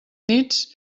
nits